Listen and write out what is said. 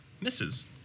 misses